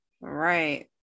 Right